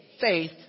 faith